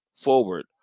forward